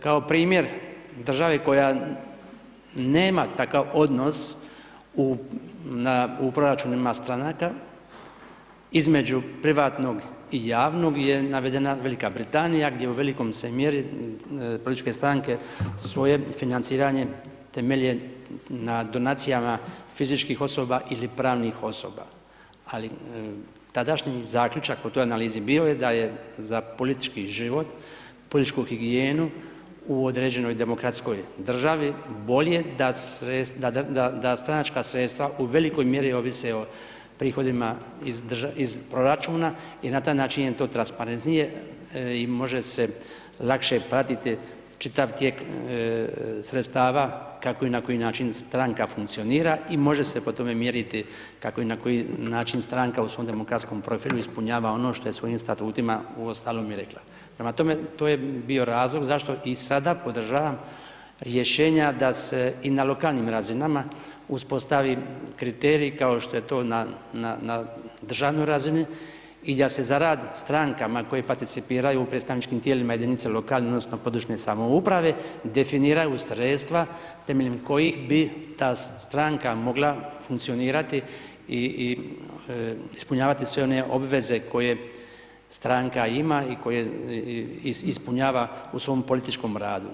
Kao primjer države koje nema takav odnos u proračunima stranaka između privatnog i javnog je navedena Velika Britanija gdje u velikoj se mjeri političke stranke svoje financiranje temelje na donacija fizičkih osoba ili pravnih osoba, ali tadašnji zaključak u toj analizi bio je da je za politički život, političku higijenu u određenoj demokratskoj državi bolje da stranačka sredstva u velikoj mjeri ovise o prihodima iz proračuna i na taj način je to transparentnije i može se lakše pratiti čitav tijek sredstava, kako i na koji način stranka funkcionira i može se po tome mjeriti kako i na koji način stranka u svom demokratskom profilu ispunjava ono što je u svojim statutima, uostalom i rekla, prema tome, to je bio razlog zašto i sada podržavam rješenje da se i na lokalnim razinama uspostavi kriterij kao što je to na državnoj razini i da se zaradi strankama koji participiraju u predstavničkim tijelima lokalne odnosno područne samouprave, definiraju sredstva temeljem kojih bi ta stranka mogla funkcionirati i ispunjavati sve one obveze koje stranka ima i koje ispunjava u svom političkom radu.